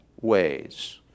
ways